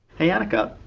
hey annika.